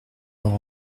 leurs